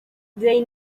they